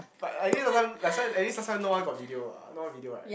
but at least last time last time at least last time no one got video what no one video right